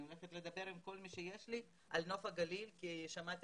אני הולכת לדבר עם כל אחד על נוף הגליל כי שמעתי